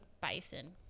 Bison